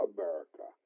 America